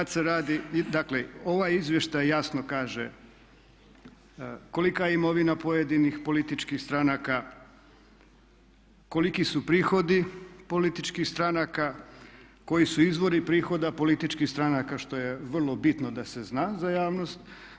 Dakle, ovaj izvještaj jasno kaže kolika je imovina pojedinih političkih stranaka, koliki su prihodi političkih stranaka, koji su izvori prihoda političkih stranaka što je vrlo bitno da se zna za javnost.